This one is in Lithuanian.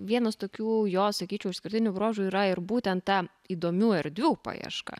vienas tokių jo sakyčiau išskirtinių bruožų yra ir būtent ta įdomių erdvių paieška